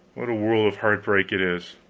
what a world of heart-break it is.